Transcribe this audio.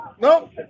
Nope